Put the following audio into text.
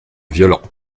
violents